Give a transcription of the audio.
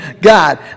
God